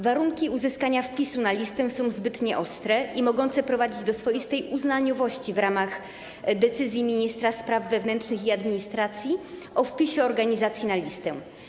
Warunki uzyskania wpisu na listę są zbyt nieostre i mogą prowadzić do swoistej uznaniowości w ramach decyzji ministra spraw wewnętrznych i administracji o wpisie organizacji na listę.